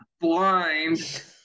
blind